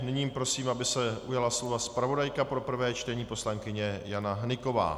Nyní prosím, aby se ujala slova zpravodajka pro prvé čtení poslankyně Jana Hnyková.